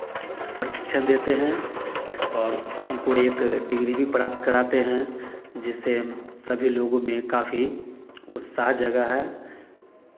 प्रशिक्षण देते हैं और उनको एक डिग्री भी प्राप्त कराते हैं जिससे सभी लोगो में काफ़ी उत्साह जगा है